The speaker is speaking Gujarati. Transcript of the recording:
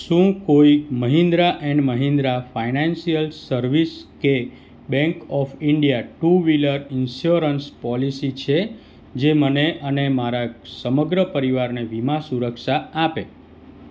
શું કોઈ Mahindra and Mahindra financial service કે bank of India two wheeler insurance policy છે જે મને અને મારા સમગ્ર પરિવારને વીમા સુરક્ષા આપે